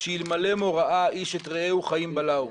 שאלמלא מוראה איש את רעהו חיים בלעו.